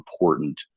important